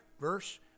verse